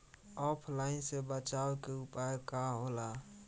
ऑफलाइनसे बचाव के उपाय का होला?